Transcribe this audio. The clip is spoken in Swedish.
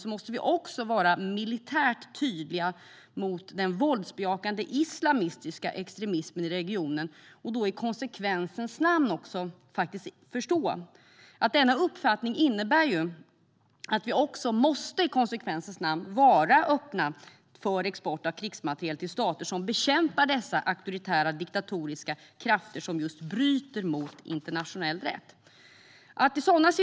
Vi måste också vara lika militärt tydliga mot den våldsbejakande islamistiska extremismen i regionen. I konsekvensens namn måste vi då förstå att denna uppfattning innebär att vi måste vara öppna för export av krigsmateriel till stater som bekämpar dessa auktoritära, diktatoriska krafter som bryter mot internationell rätt.